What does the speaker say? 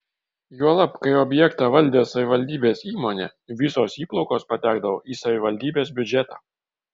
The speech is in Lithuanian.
juolab kai objektą valdė savivaldybės įmonė visos įplaukos patekdavo į savivaldybės biudžetą